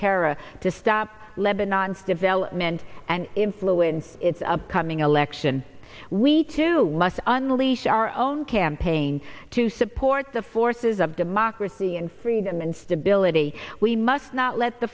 terror to stop lebanon's development and influence its upcoming election we too must unleash our own campaign to support the forces of democracy and freedom and stability we must not let the